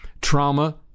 Trauma